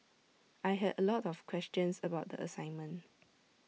I had A lot of questions about the assignment